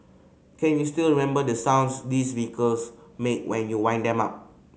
can you still remember the sounds these vehicles make when you wind them up